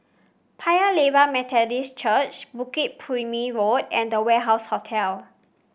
Paya Lebar Methodist Church Bukit Purmei Road and The Warehouse Hotel